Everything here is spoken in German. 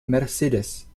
mercedes